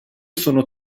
sono